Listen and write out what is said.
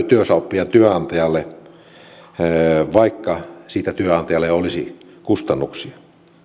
työssäoppijan työnantajalle vaikka siitä työnantajalle olisi kustannuksia